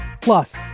Plus